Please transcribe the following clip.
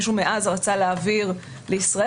מישהו מעזה רצה להעביר לישראל,